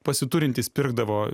pasiturintys pirkdavo